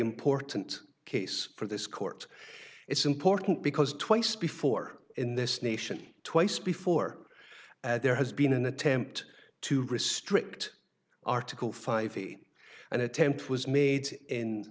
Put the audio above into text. important case for this court it's important because twice before in this nation twice before there has been an attempt to restrict article five easy an attempt was made in